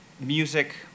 music